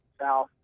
south